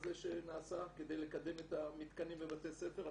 הזה שנעשה כדי לקדם את המתקנים בבתי ספר.